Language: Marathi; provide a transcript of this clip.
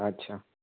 अच्छा